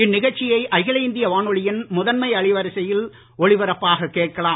இந்நிகழ்ச்சியை அகில இந்திய வானொலியின் முதன்மை அலைவரிசையில் ஒலிபரப்பாக கேட்கலாம்